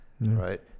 right